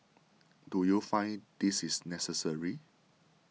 do you find this is necessary